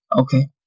Okay